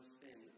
sin